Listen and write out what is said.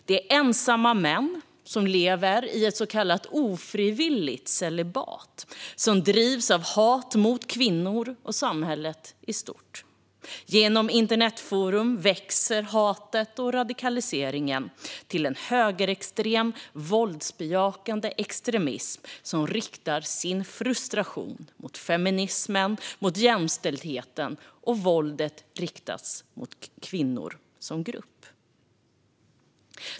Det är ensamma män som lever i så kallat ofrivilligt celibat som drivs av hat mot kvinnor och samhället i stort. Genom internetforum växer hatet och radikaliseringen till en högerextrem våldsbejakande extremism som riktar sin frustration mot feminismen och jämställdheten, och våldet riktas mot kvinnor som grupp.